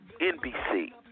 NBC